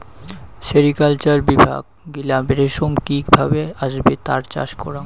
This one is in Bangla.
সেরিকালচার বিভাগ গিলা রেশম কি ভাবে আসবে তার চাষ করাং